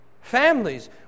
Families